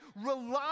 rely